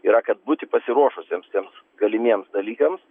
yra kad būti pasiruošusiems tiems galimiems dalykams